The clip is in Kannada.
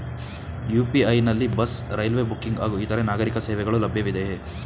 ಯು.ಪಿ.ಐ ನಲ್ಲಿ ಬಸ್, ರೈಲ್ವೆ ಬುಕ್ಕಿಂಗ್ ಹಾಗೂ ಇತರೆ ನಾಗರೀಕ ಸೇವೆಗಳು ಲಭ್ಯವಿದೆಯೇ?